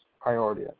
priority